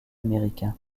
américain